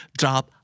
drop